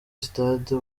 sitade